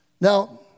Now